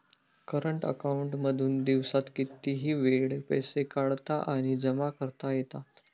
current account मधून दिवसात कितीही वेळ पैसे काढता आणि जमा करता येतात